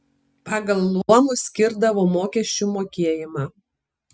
pagal luomus skirdavo mokesčių mokėjimą